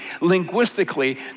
linguistically